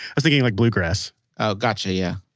was thinking like bluegrass oh. gotcha. yeah.